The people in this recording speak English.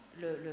le